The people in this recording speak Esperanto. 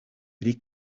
pri